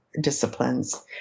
disciplines